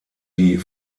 die